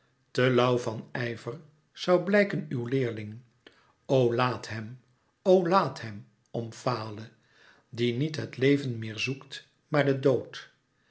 te lauw van ijver zoû blijken uw leerling o laat hem o laat hèm omfale die niet het leven meer zoekt maar den dood